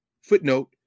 footnote